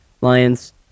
Lions